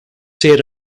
sarah